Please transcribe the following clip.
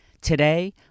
today